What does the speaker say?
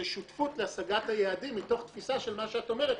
זה שותפות להשגת היעדים מתוך תפיסה של מה שאת אומרת,